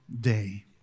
day